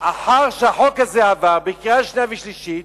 לאחר שהחוק הזה עבר בקריאה שנייה ושלישית,